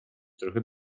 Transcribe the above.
trochę